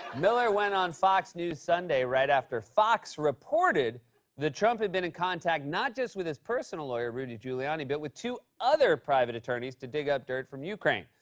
miller went on fox news sunday right after fox reported that trump had been in contact not just with his personal lawyer, rudy giuliani, but with two other private attorneys to dig up dirt from ukraine.